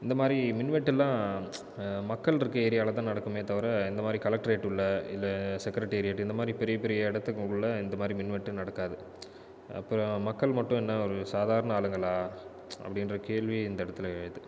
இந்த மாதிரி மின்வெட்டுல்லாம் மக்கள் இருக்கிற ஏரியாவில் தான் நடக்குமே தவிர இந்த மாதிரி கலக்டரேட்டுல்ல இல்லை செக்ரட்ரியேட் இந்த மாதிரி பெரிய பெரிய இடதுக்குள்ள இந்த மாதிரி மின்வெட்டு நடக்காது அப்புறம் மக்கள் மட்டும் என்ன ஒரு சாதாரண ஆளுங்களா அப்படின்ற கேள்வியை இந்த இடத்தில் எழுது